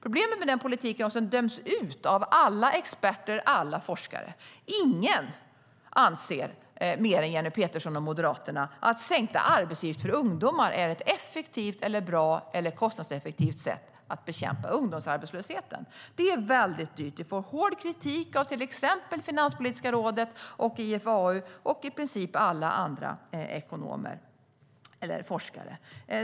Problemet med den politiken är också att den döms ut av alla experter och av alla forskare. Ingen mer än Jenny Petersson och Moderaterna anser att sänkta arbetsgivaravgifter för ungdomar är ett effektivt, bra eller kostnadseffektivt sätt att bekämpa ungdomsarbetslösheten. Det är väldigt dyrt. Det får hård kritik av till exempel Finanspoliska rådet och IFAU och av i princip alla andra ekonomer och forskare.